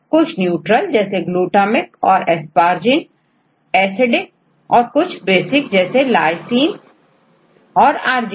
कुछ न्यूट्रल जैसे ग्लूटामिक और asparagine और एसिडिक जैसे कुछ बेसिक भी जैसे lysine और अर्जिनिन